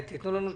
תנו לנו תשובות.